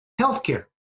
healthcare